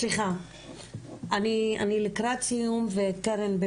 אני לקראת סיום וקרן,